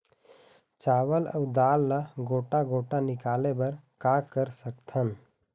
चावल अऊ दाल ला गोटा गोटा निकाले बर का कर सकथन?